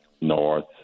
north